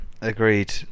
agreed